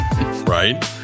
Right